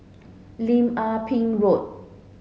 Lim Ah Pin Road